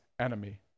enemy